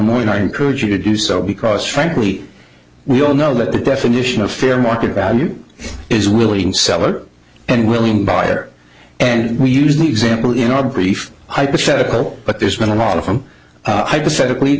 not encourage you to do so because frankly we all know that the definition of fair market value is willing seller and willing buyer and we use the example in our brief hypothetical but there's been a lot of them hypothetically